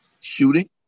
shooting